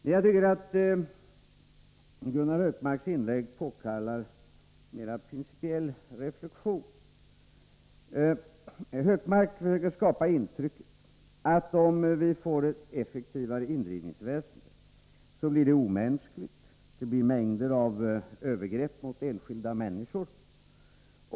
Men jag tycker att Gunnar Hökmarks inlägg påkallar en mera principiell reflexion. Hökmark försöker skapa ett intryck av att om vi får ett effektivare indrivningsväsende blir det omänskligt och kommer att ske mängder av övergrepp mot enskilda människor.